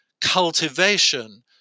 cultivation